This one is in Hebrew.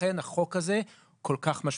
לכן, החוק הזה כל כך משמעותי.